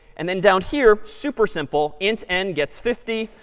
and then down here, super simple, int n gets fifty.